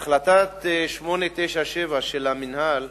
החלטת 897 של המינהל,